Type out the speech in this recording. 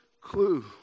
clue